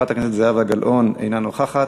חברת הכנסת תמר זנדברג, אינה נוכחת.